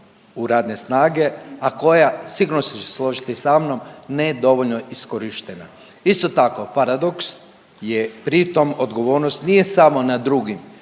u radne snage, a koja sigurno ćete se složiti sa mnom nedovoljno iskorištena. Isto tako paradoks je pritom odgovornost nije samo na drugim